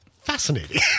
Fascinating